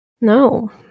No